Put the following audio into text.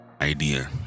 idea